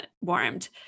warmed